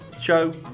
show